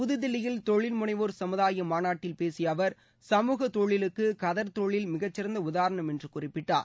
புதுதில்லியில் தொழில்முனைவோர் சமுதாய மாநாட்டில் பேசிய அவர் சமூக தொழிலுக்கு கதர் தொழில் மிகச்சிறந்த உதாரணம் என்று குறிப்பிட்டார்